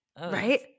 Right